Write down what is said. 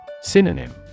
Synonym